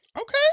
okay